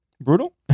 Brutal